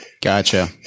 Gotcha